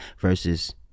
versus